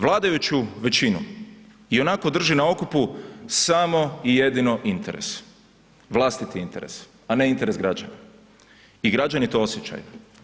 Vladajuću većinu ionako drži na okupu samo i jedino interes, vlastiti interes a ne interes građana i građani to osjećaju.